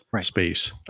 space